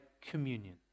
communion